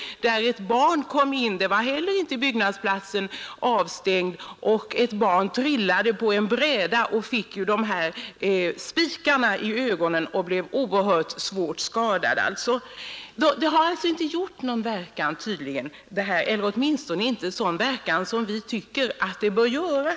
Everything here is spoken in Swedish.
Inte heller där var arbetsplatsen avstängd, och ett barn som trillade ned på en bräda, fick spikar i ögonen och blev svårt skadat. Skrivelsen har tydligen inte haft någon verkan, åtminstone inte på det sätt som vi tycker att den borde ha haft.